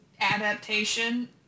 adaptation